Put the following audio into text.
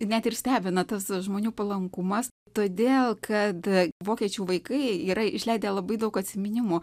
net ir stebina tas žmonių palankumas todėl kad vokiečių vaikai yra išleidę labai daug atsiminimų